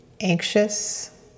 Anxious